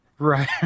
Right